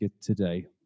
today